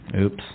oops